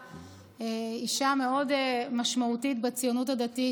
אישה מאוד משמעותית בציונות הדתית,